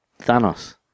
Thanos